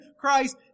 Christ